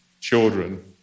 children